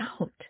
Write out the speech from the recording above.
out